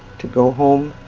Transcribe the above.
to go home,